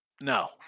No